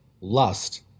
lust